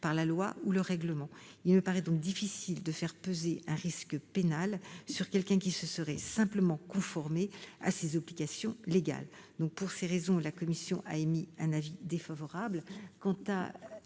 par la loi ou le règlement. Il me paraît difficile de faire peser un risque pénal sur quelqu'un qui se serait simplement conformé à ses obligations légales. Pour ces raisons, la commission a émis un avis défavorable.